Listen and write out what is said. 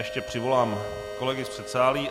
Ještě přivolám kolegy z předsálí.